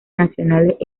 nacionales